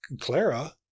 Clara